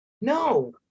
No